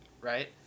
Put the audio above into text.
right